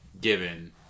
given